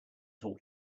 talk